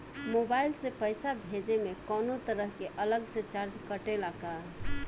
Mobile से पैसा भेजे मे कौनों तरह के अलग से चार्ज कटेला का?